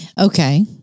Okay